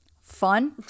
fun